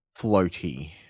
floaty